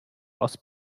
aus